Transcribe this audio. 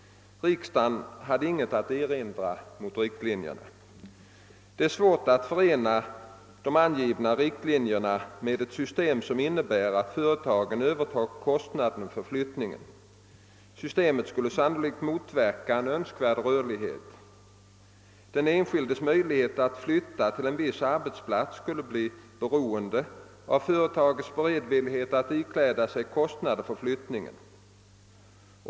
Riksdagen hade inget att erinra mot dessa riktlinjer. Det är svårt att förena de angivna riktlinjerna med ett system som innebär att företagen övertar kostnaden för flyttningen. Systemet skulle sannolikt motverka en önskvärd rörlighet. Den enskildes möjligheter att flytta till en viss arbetsplats skulle bli beroende av företagets beredvillighet att ikläda sig kostnaderna för flyttningen.